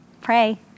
Pray